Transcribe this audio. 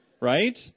right